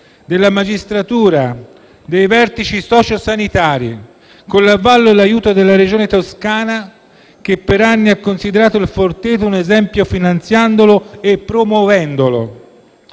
della magistratura, dei vertici socio-sanitari, con l'avvallo e l'aiuto della Regione Toscana che per anni ha considerato «Il Forteto» un esempio, finanziandolo e promuovendolo: